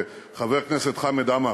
חבר הכנסת חמד עמאר,